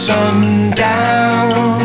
Sundown